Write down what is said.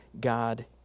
God